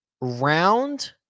round